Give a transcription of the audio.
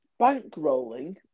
bankrolling